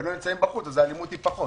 הם לא נמצאים בחוץ, אז האלימות היא פחות.